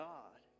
God